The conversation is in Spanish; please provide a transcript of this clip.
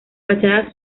fachada